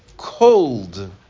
cold